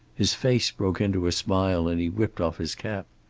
his face broke into a smile, and he whipped off his cap.